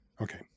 Okay